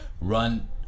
run